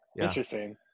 Interesting